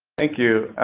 thank you.